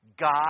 God